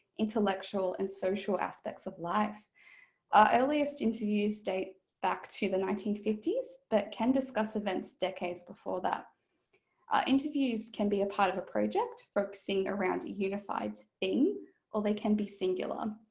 intellectual and social aspects of life. our earliest interviews date back to the nineteen fifty s but can discuss events decades before that. our interviews can be a part of a project focusing around a unified thing or they can be singular.